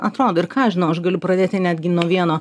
atrodo ir ką aš žinau aš galiu pradėti netgi nuo vieno